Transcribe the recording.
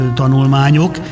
tanulmányok